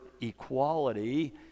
equality